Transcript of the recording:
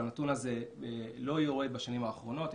והנתון הזה לא יורד בשנים האחרונות.